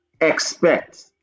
expect